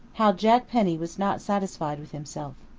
how jack penny was not satisfied with himself.